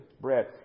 bread